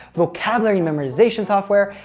vocabulary memorization software,